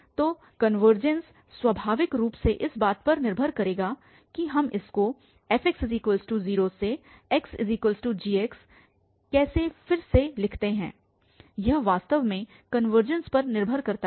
तो कनवर्जेंस स्वाभाविक रूप से इस बात पर निर्भर करेगा कि हम इसको fx0 से xg कैसे फिर से लिखते हैं यह वास्तव में कनवर्जेंस पर निर्भर करता है